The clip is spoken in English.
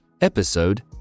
episode